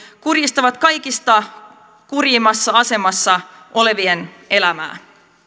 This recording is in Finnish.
kurjistavat kaikista kurjimmassa asemassa olevien elämää